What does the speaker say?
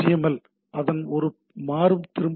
L அதன் ஒரு மாறும் திரும்ப வரும்